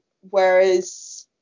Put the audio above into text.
whereas